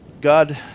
God